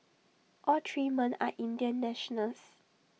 all three men are Indian nationals